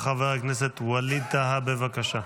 חבר הכנסת ווליד טאהא, בבקשה.